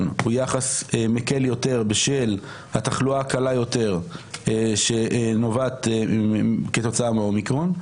הוא יחס מקל יותר בשל התחלואה הקלה יותר שנובעת כתוצאה מאומיקרון.